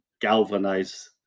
galvanize